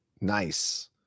Nice